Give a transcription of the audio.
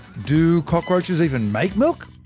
do cockroaches even make milk?